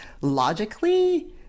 logically